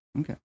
Okay